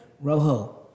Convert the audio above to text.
Rojo